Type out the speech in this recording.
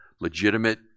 legitimate